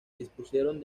dispusieron